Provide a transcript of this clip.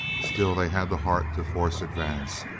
still they had the heart to force advance,